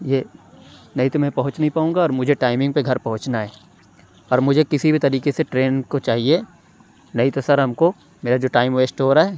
یہ نہیں تو میں پہنچ نہیں پاؤں گا اور مجھے ٹائمنگ پہ گھر پہنچنا ہے اور مجھے کسی بھی طریقے سے ٹرین کو چاہیے نہیں تو سر ہم کو میرا جو ٹائم ویسٹ ہو رہا ہے